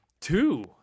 two